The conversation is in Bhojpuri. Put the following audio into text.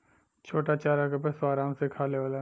छोटा चारा के पशु आराम से खा लेवलन